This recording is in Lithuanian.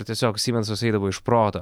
ir tiesiog simensas eidavo iš proto